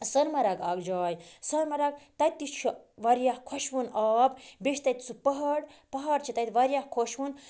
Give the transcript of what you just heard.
سۄنہٕ مرگ اَکھ جاے سۄنہٕ مرگ تَتہِ تہِ چھُ واریاہ خۄشوُن آب بیٚیہِ چھِ تَتہِ سُہ پہاڑ پہاڑ چھِ تَتہِ واریاہ خۄشوُن